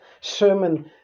sermon